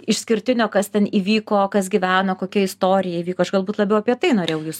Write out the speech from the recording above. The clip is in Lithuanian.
išskirtinio kas ten įvyko kas gyveno kokia istorija įvyko aš galbūt labiau apie tai norėjau jus